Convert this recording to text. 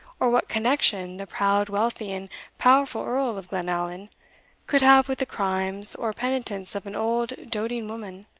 or what connection the proud, wealthy, and powerful earl of glenallan could have with the crimes or penitence of an old doting woman,